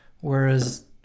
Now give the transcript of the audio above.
Whereas